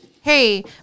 hey